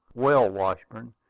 well, washburn,